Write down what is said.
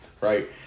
right